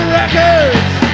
records